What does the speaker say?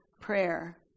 prayer